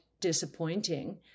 disappointing